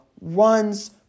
runs